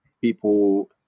people